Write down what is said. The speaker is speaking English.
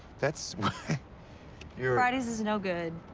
that's why you're fridays is no good.